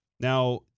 Now